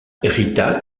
rita